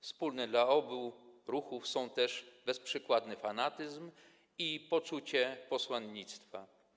Wspólne dla obu ruchów są też bezprzykładny fanatyzm i poczucie posłannictwa.